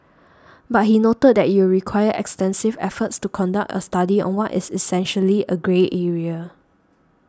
but he noted that it require extensive efforts to conduct a study on what is essentially a grey area